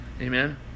Amen